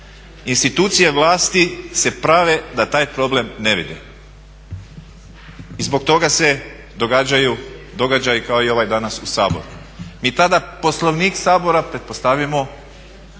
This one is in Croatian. Institucije vlasti se prave da taj problem ne vide. I zbog toga se događaju događaji kao i ovaj danas u Saboru. Mi tada Poslovnik Sabora pretpostavimo